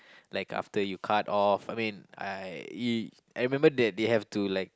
like after you cut off I mean I I remember that they have to like